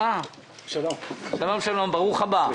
שלום ד"ר משה ברקת, ברוך הבא.